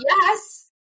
yes